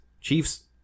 Chiefs